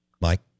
Mike